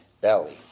belly